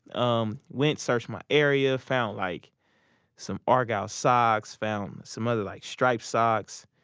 um, went searched my area found like some argyle socks, found some other like striped socks,